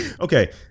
Okay